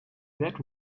that